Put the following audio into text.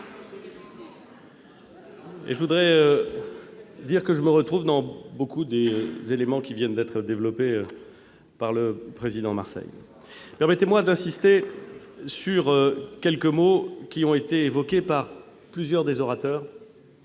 Je veux le dire, je me retrouve dans beaucoup des éléments qui viennent d'être développés par le président Marseille. Permettez-moi d'insister sur quelques mots évoqués par plusieurs des orateurs,